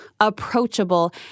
approachable